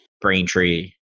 Braintree